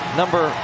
number